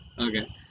Okay